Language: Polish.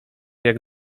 jak